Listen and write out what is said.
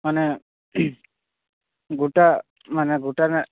ᱢᱟᱱᱮ ᱜᱳᱴᱟ ᱢᱟᱱᱮ ᱜᱳᱴᱟᱱᱟᱜ